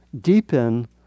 deepen